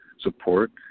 support